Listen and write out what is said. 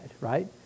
right